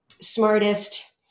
Smartest